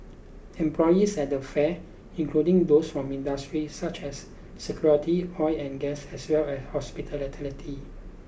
employees at the fair including those from industries such as security oil and gas as well as hospital